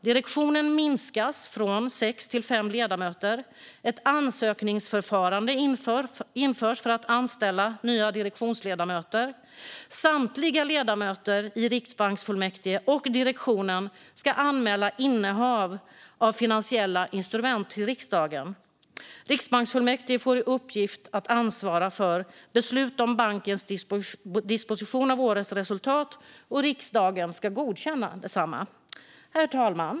Direktionen minskas från sex till fem ledamöter, och ett ansökningsförfarande införs för att anställa nya direktionsledamöter. Samtliga ledamöter i riksbanksfullmäktige och direktionen ska anmäla innehav av finansiella instrument till riksdagen. Riksbanksfullmäktige får i uppgift att ansvara för beslut om bankens disposition av årets resultat, och riksdagen ska godkänna detsamma. Herr talman!